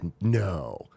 no